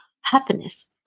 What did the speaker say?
happiness